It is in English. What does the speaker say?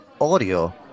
audio